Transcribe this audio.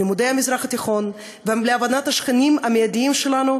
בלימודי המזרח התיכון ובהבנת השכנים המיידיים שלנו,